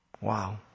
Wow